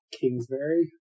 Kingsbury